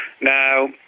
Now